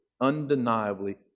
undeniably